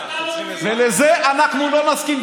ולזה אנחנו לא נסכים.